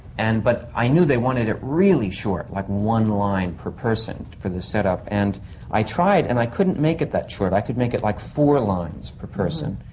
and but. i knew they wanted it really short, like one line per person for this setup. and i tried, and i couldn't make it that short. i could make it like, four lines per person.